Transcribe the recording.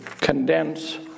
condense